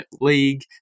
League